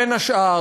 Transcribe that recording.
בין השאר,